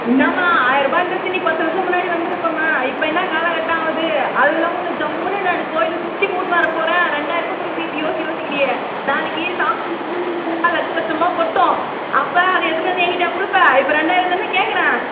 என்னம்மா ஆயிருபான்றது நீ பத்து வருஷம் முன்னாடி வந்துருப்பேம்மா இப்போ என்ன காலக்கட்டம் ஆகுது அதுல்லாம உன்னை ஜம்முன்னு நான் கோயிலை சுற்றி கூட்டின்னு வர போகிறேன் ரெண்டாயிர ரூபா கொடுக்குறதுக்கு இப்படி யோசு யோசிக்கிறீயே நாளைக்கு சாமி உனக்கு அருள் கொடுத்தாருன்னா லட்ச லட்சமாக கொட்டும் அப்போ அதை எடுத்துகின்னு வந்து எங்கிட்டையா குடுப்பே இப்போ ரெண்டாயிரந்தானே கேட்குறேன்